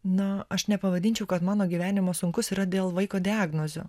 na aš nepavadinčiau kad mano gyvenimas sunkus yra dėl vaiko diagnozių